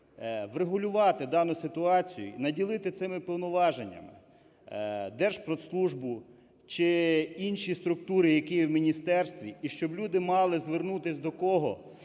врегулювати дану ситуацію, наділити цими повноваженнями Держпродслужбу чи інші структури, які у міністерстві, і щоб люди мали звернутися до кого